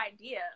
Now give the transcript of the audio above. idea